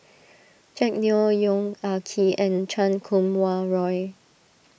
Jack Neo Yong Ah Kee and Chan Kum Wah Roy